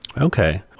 Okay